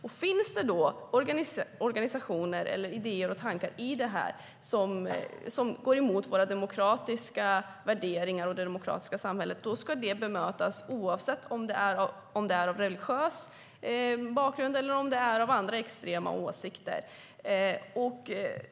Om det finns organisationer, idéer och tankar som går emot våra demokratiska värderingar och det demokratiska samhället ska dessa bemötas oavsett om de har religiös bakgrund eller extrema åsikter.